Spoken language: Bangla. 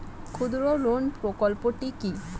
ক্ষুদ্রঋণ প্রকল্পটি কি?